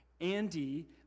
Andy